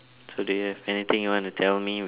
so do you have anything you want to tell me which